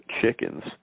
chickens